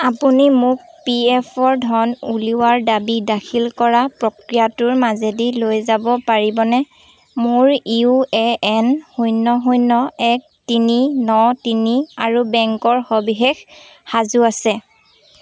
আপুনি মোক P F ৰ ধন উলিওৱাৰ দাবী দাখিল কৰা প্ৰক্ৰিয়াটোৰ মাজেদি লৈ যাব পাৰিবনে মোৰ ইউ এ এন শূন্য শূন্য এক তিনি ন তিনি আৰু বেংকৰ সবিশেষ সাজু আছে